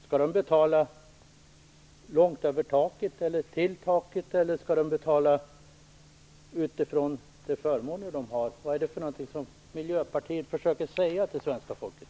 Skall de betala långt över taket, upp till taket eller utifrån de förmåner de har? Vad är det Miljöpartiet försöker säga till svenska folket?